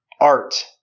Art